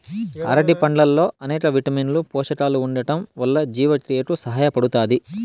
అరటి పండ్లల్లో అనేక విటమిన్లు, పోషకాలు ఉండటం వల్ల జీవక్రియకు సహాయపడుతాది